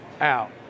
out